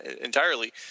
entirely